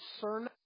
CERN